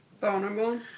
Vulnerable